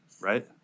right